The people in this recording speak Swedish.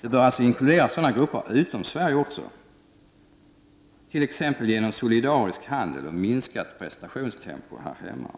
Den bör inkludera sådana grupper utom Sverige också, t.ex. genom solidarisk handel och minskat prestationstempo här hemma.